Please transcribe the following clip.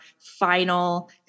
final